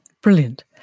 Brilliant